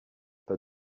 pas